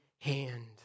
hand